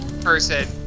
person